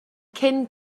cyn